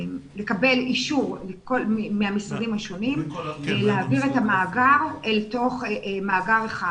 לקבל אישור מהמשרדים השונים להעביר את המאגר אל תוך מאגר אחד.